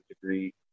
degree